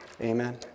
Amen